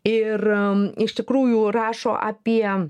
ir iš tikrųjų rašo apie